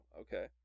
okay